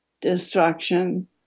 destruction